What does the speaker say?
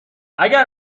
اگر